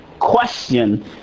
question